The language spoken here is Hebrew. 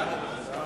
ההצעה